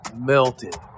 Melted